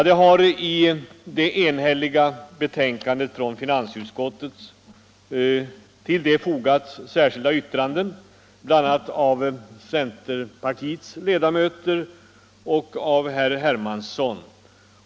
Till det enhälliga betänkandet från finansutskottet har fogats särskilda yttranden, av centerpartiets ledamöter i utskottet och av herr Hermansson.